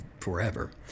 forever